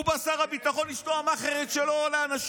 הוא בא, שר הביטחון, ואשתו המאכערית, לאנשים.